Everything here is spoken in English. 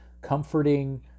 comforting